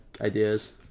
ideas